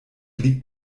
liegt